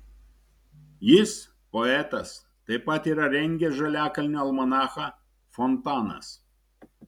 jis poetas taip pat yra rengęs žaliakalnio almanachą fontanas